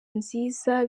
nziza